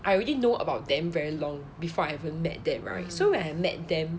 I already know about them very long before I haven't met them right so when I met them